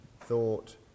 thought